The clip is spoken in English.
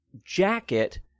jacket